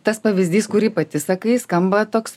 tas pavyzdys kurį pati sakai skamba toks